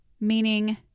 meaning